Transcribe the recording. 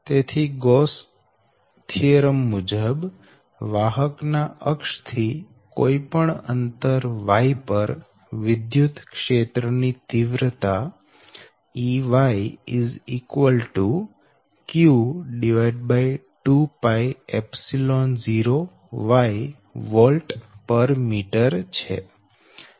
તેથી Gauss theorem મુજબ વાહક ના અક્ષ થી કોઈ અંતર y પર વિદ્યુતક્ષેત્ર ની તીવ્રતા Ey q20yવોલ્ટમીટર છે